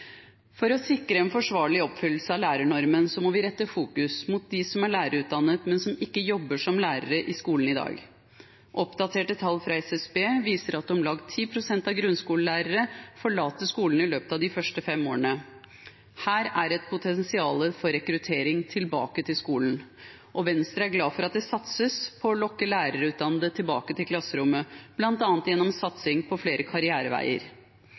For å sikre en forsvarlig oppfyllelse av lærernormen må vi rette fokuset mot dem som er lærerutdannet, men ikke jobber som lærere i skolen i dag. Oppdaterte tall fra SSB viser at om lag 10 pst. av grunnskolelærerne forlater skolen i løpet av de første fem årene. Her er det potensial for rekruttering tilbake til skolen, og Venstre er glad for at det satses på å lokke lærerutdannede tilbake til klasserommet, bl.a. gjennom satsing på flere karriereveier.